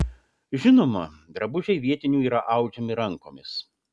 žinoma drabužiai vietinių yra audžiami rankomis